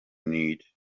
need